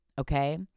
okay